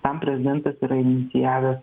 tam prezidentas yra inicijavęs